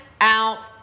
out